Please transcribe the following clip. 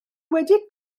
wedi